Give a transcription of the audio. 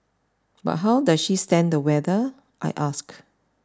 but how does she stand the weather I ask